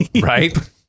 right